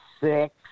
six